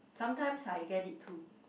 sometimes I get it too